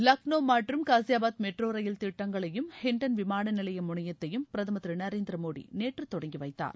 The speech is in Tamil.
லக்னோ மற்றும் காலியாபாத் மெட்ரோ ரயில் திட்டங்களையும் ஹிண்டன் விமானநிலைய முனையத்தையும் பிரதமர் திரு நரேந்திர மோடி நேற்று தொடங்கி வைத்தார்